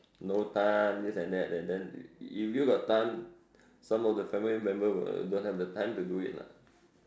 no time this and that and then if you got time some of the family member will don't have the time to do it lah